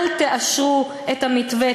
אל תאשרו את המתווה.